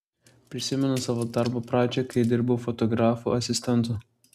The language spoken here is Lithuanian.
prisimenu savo darbo pradžią kai dirbau fotografų asistentu